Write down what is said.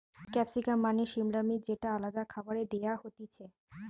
capsicum মানে সিমলা মির্চ যেটা আলাদা খাবারে দেয়া হতিছে